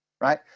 Right